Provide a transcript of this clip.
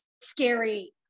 scary